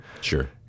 Sure